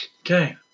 Okay